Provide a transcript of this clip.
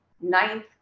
ninth